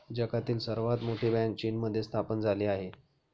जगातील सर्वात मोठी बँक चीनमध्ये स्थापन झाली आहे